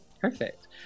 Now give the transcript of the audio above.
Perfect